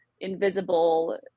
invisible